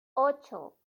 ocho